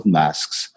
masks